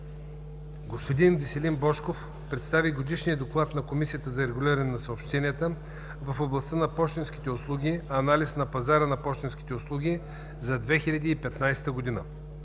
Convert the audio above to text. Господин Веселин Божков представи Годишния доклад на Комисията за регулиране на съобщенията в областта на пощенските услуги – „Анализ на пазара на пощенските услуги за 2015 г.”.